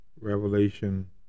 Revelation